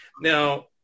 Now